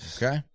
Okay